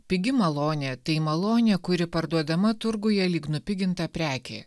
pigi malonė tai malonė kuri parduodama turguje lyg nupiginta prekė